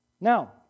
Now